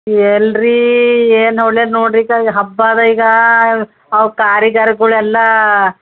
ಎಲ್ಲಿರಿ ಏನು ಒಳ್ಳೆದು ನೋಡಿರಿ ಈಗ ಹಬ್ಬ ಅದ ಈಗ ಅವು ಕಾರಿಗಾರ್ಗಳೆಲ್ಲ